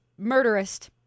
murderist